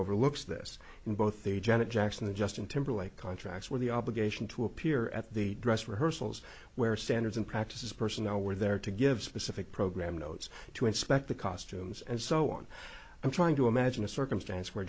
overlooks this in both the janet jackson the justin timberlake contract with the obligation to appear at the dress rehearsals where standards and practices personnel were there to give specific program notes to inspect the costumes and so on i'm trying to imagine a circumstance where